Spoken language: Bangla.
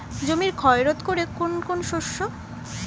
জমির ক্ষয় রোধ করে কোন কোন শস্য?